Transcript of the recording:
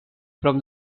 from